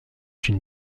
une